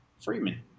Freeman